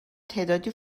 تعدادی